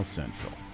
Central